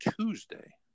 Tuesday